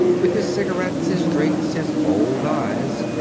with his cigarettes, his drinks, his bold eyes.